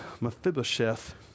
Mephibosheth